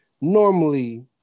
normally